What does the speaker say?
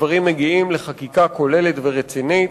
הדברים מגיעים לחקיקה כוללת ורצינית,